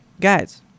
Guys